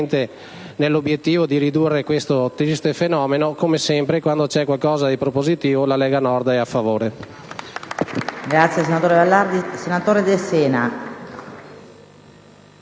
nell'obiettivo di ridurre questo triste fenomeno. Come sempre, quando vi è qualcosa di propositivo, la Lega Nord è a favore.